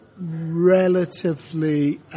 relatively